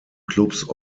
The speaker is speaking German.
clubs